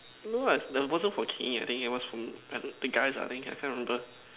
no what the bottle for I think it was from uh the guys I think I can't remember